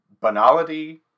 banality